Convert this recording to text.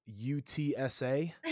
UTSA